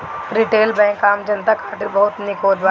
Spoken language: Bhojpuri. रिटेल बैंक आम जनता खातिर बहुते निक होत बाटे